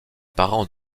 parents